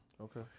Okay